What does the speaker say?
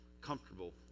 comfortable